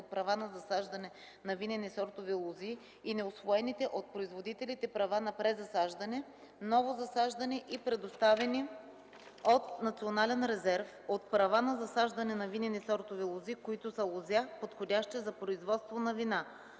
от права на засаждане на винени сортове лози и неусвоените от производителите права на презасаждане, ново засаждане и предоставени от Национален резерв от права на засаждане на винени сортове лози, които са лозя, подходящи за производство на вина: